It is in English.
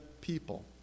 people